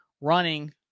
running